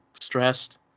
stressed